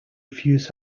refuse